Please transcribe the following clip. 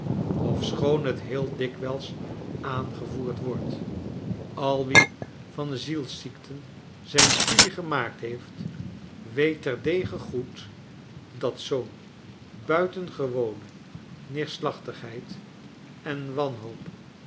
ofschoon het heel dikwijls aangevoerd wordt al wie van zielsziekten zijn studie gemaakt heeft weet terdege goed dat zoo'n buitengewone neerslachtigheid en wanhoop